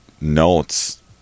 notes